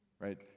Right